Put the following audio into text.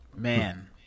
Man